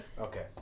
Okay